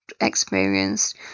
experienced